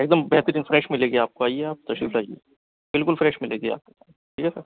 ایک دم بہترین فریش مل گی آپ کو آئیے آپ تشریف لائے آئیے بالکل فریش ملے گی آپ ٹھیک ہے سر